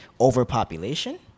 overpopulation